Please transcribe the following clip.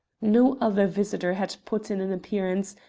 no other visitor had put in an appearance,